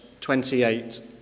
28